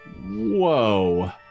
Whoa